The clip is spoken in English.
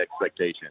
expectation